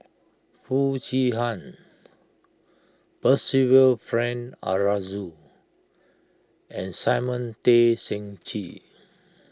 Foo Chee Han Percival Frank Aroozoo and Simon Tay Seong Chee